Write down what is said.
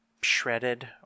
shredded